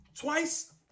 twice